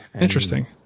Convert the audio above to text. Interesting